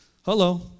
Hello